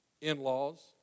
in-laws